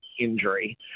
injury